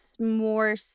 more